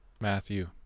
Matthew